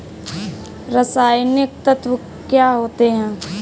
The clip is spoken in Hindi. रसायनिक तत्व क्या होते हैं?